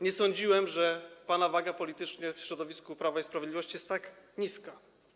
Nie sądziłem, że pana waga polityczna w środowisku Prawa i Sprawiedliwości jest tak niska.